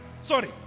Sorry